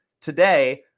today